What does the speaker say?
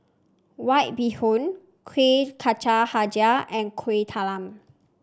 White Bee Hoon Kuih Kacang hijau and Kuih Talam